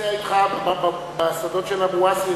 נוסע אתך בשדות של המואסי,